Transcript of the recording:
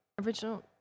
Original